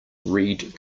read